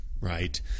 right